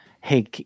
hey –